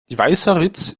weißeritz